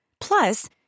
Plus